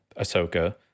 Ahsoka